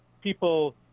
people